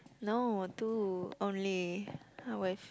no two only I with